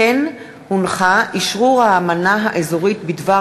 כמו כן הונח אשרור האמנה האזורית בדבר